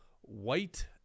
white